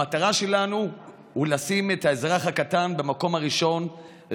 המטרה שלנו היא לשים את האזרח הקטן במקום הראשון,